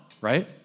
right